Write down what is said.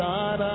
God